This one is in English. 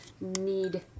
need